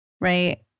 right